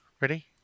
Ready